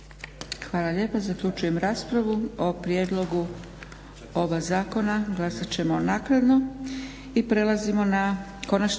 Hvala lijepa. Zaključujem raspravu o prijedlogu oba zakona. Glasat ćemo naknadno. **Leko, Josip